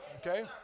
Okay